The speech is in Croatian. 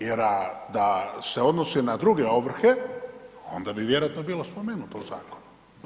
Jer da se odnosi na druge ovrhe onda bi vjerojatno bilo spomenuto u zakonu.